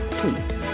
please